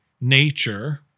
nature